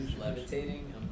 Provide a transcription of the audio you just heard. Levitating